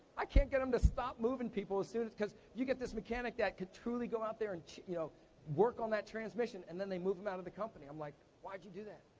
i can't get em to stop moving people as soon as, cause, you get this mechanic that can truly go out there and you know work on that transmission, and then they move em out of the company. i'm like, why'd you do that.